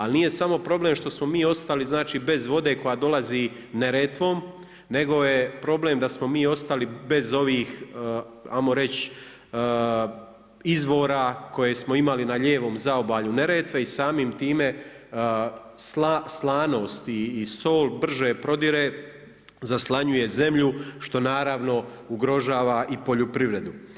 Ali nije samo problem što smo mi ostali, znači bez vode koja dolazi Neretvom, nego je problem da smo mi ostali bez ovih hajmo reći izvora koje smo imali na lijevom zaobalju Neretve i samim time slanost i sol brže prodire, zaslanjuje zemlju što naravno ugrožava i poljoprivredu.